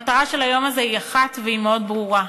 המטרה של היום הזה היא אחת, והיא מאוד ברורה: